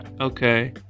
okay